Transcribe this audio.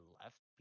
left